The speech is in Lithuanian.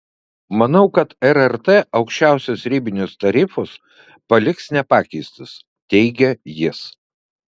manau kad rrt aukščiausius ribinius tarifus paliks nepakeistus teigia jis